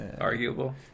Arguable